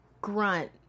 grunt